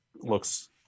looks